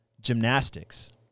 gymnastics